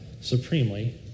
supremely